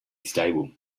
stable